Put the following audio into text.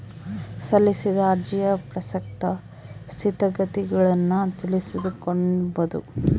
ಸಲ್ಲಿಸಿದ ಅರ್ಜಿಯ ಪ್ರಸಕ್ತ ಸ್ಥಿತಗತಿಗುಳ್ನ ತಿಳಿದುಕೊಂಬದು